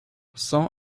cent